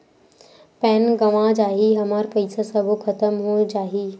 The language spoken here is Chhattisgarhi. पैन गंवा जाही हमर पईसा सबो खतम हो जाही?